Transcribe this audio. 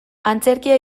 antzerkia